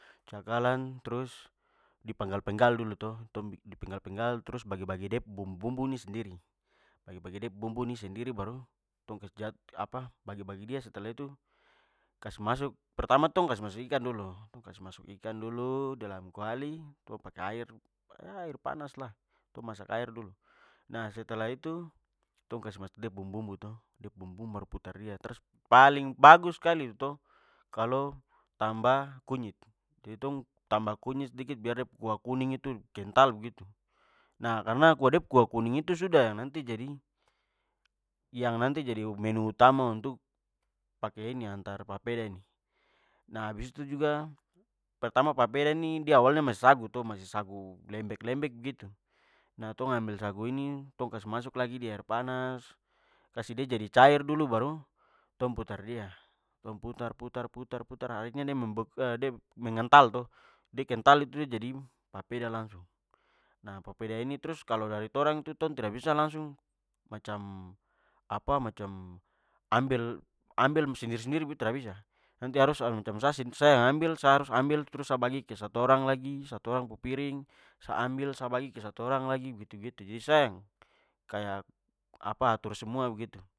Cakalang trus dipenggal-penggal dulu to dipenggal-dipenggal trus bagi de pu bumbu-bumbu nih sendiri. Bagi-bagi de pu bumbu nih sendiri baru tong kasih apa bagi-bagi dia setelah itu, kasih masuk pertama tu kasih masuk ikan dulu, kasih masuk ikan dulu dalam kuali trus pake air ya air panas lah tong masak air dulu. Nah setelah itu, tong kasih masuk de pu bumbu-bumbu to trus putar dia paling bagus skali to tambah kunyit. Jadi tong tambah kunyit biar de pu kuah kuning itu kental begitu. Nah karna kuah de pu kuah- kuning itu sudah yang nanti jadi menu utama untuk pake antar papeda ini. Nah hbis itu juga, pertama papeda ini de awalnya masih sagu to masih sagu lembek lembek begitu. Nah tong ambil sagu ini, tong kasih masuk lagi di air panas, kasih de jadi cair dulu baru tong putar dia, putar, putar, putar akhirnya de mengental to, de kental to, de kentl itu jadi papeda langsung. Naha papeda ini trus kalo dari torang tu tong tra bisa langsung macam apa macam ambil ambil sendiri-sendiri begitu, tar bisa! Nanti harus macam sa sendiri sa yang ambil trus sa bagi ke satu orang lgi, satu orang pu piring, ambil sa bagi ke satu orang lagi begitu-begitu. Jdi sa yang kaya apa atur semua begitu